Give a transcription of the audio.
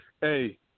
hey